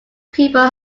people